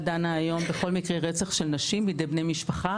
דנה היום בכל מקרי רצח נשים בידי בני משפחה,